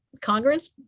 congress